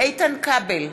איתן כבל,